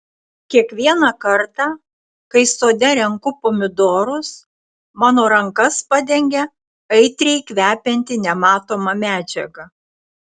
kiekvieną kartą kai sode renku pomidorus mano rankas padengia aitriai kvepianti nematoma medžiaga